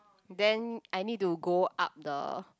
then I need to go up the